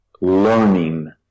learning